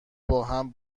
باهم